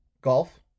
golf